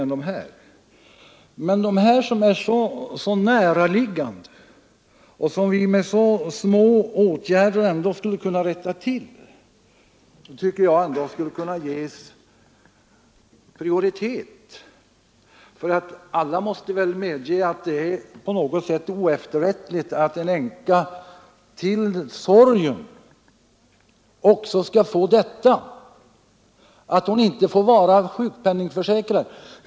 Men denna förbättring som är så näraliggande och som vi med så små åtgärder skulle kunna genomföra tycker jag ändå skulle kunna ges prioritet. Alla måste väl ändå medge att det är oefterrättligt att en änka utöver sin sorg också skall prövas med detta att hon inte får vara sjukpenningförsäkrad.